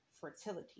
fertility